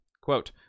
Quote